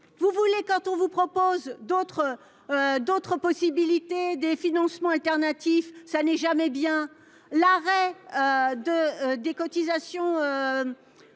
vous voulez quand on vous propose d'autres. D'autres possibilités des financements alternatifs. Ça n'est jamais bien l'arrêt. De des cotisations.